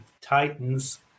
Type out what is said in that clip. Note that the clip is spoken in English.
Titans